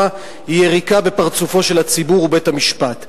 היא יריקה בפרצופם של הציבור ובית-המשפט.